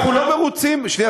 שנייה,